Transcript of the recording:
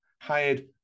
hired